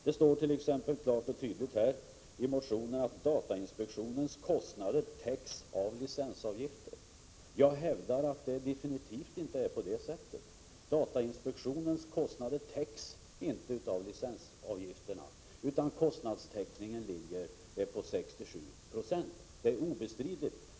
Det står t.ex. klart och tydligt i motionen att datainspektionens kostnader täcks av licensavgifter. Jag hävdar att det absolut inte är på det sättet. Datainspektionens kostnader täcks inte av licensavgifterna, utan kostnadstäckningen ligger på 67 90. Det är obestridligt.